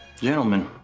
Gentlemen